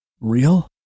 Real